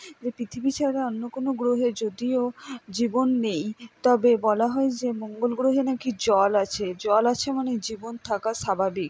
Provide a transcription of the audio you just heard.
যে পৃথিবী ছাড়া অন্য কোনো গ্রহে যদিও জীবন নেই তবে বলা হয় যে মঙ্গল গ্রহে না কি জল আছে জল আছে মানে জীবন থাকা স্বাভাবিক